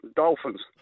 dolphins